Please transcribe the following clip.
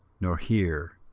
nor hear,